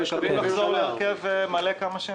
לחזור להרכב מלא ככל הניתן,